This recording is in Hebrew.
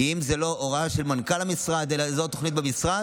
כי אם זו לא הוראה של מנכ"ל המשרד אלא זו עוד תוכנית במשרד,